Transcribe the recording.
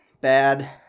bad